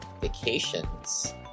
vacations